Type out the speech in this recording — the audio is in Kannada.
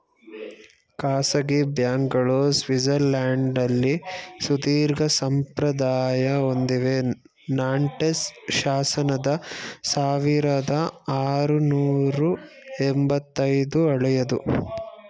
ಖಾಸಗಿ ಬ್ಯಾಂಕ್ಗಳು ಸ್ವಿಟ್ಜರ್ಲ್ಯಾಂಡ್ನಲ್ಲಿ ಸುದೀರ್ಘಸಂಪ್ರದಾಯ ಹೊಂದಿವೆ ನಾಂಟೆಸ್ ಶಾಸನದ ಸಾವಿರದಆರುನೂರು ಎಂಬತ್ತ ಐದು ಹಳೆಯದು